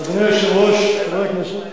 אדוני היושב-ראש, חברי הכנסת,